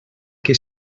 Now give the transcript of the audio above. que